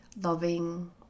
loving